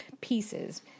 pieces